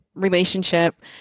relationship